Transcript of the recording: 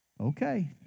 Okay